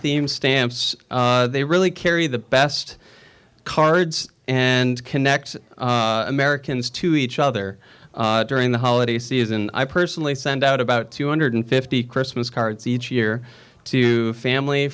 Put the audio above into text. themed stamps they really carry the best cards and connect americans to each other during the holiday season i personally send out about two hundred and fifty dollars christmas cards each year to family